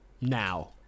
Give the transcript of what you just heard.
Now